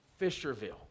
Fisherville